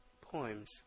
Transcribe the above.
Poems